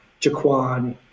Jaquan